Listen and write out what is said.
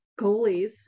goalies